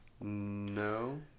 No